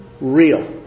Real